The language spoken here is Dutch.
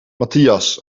matthias